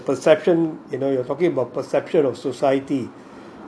that is your that is a perception you know you are talking perception of soceity